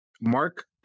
Mark